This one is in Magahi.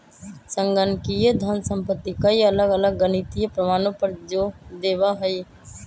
संगणकीय धन संपत्ति कई अलग अलग गणितीय प्रमाणों पर जो देवा हई